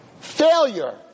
failure